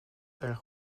erg